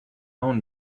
own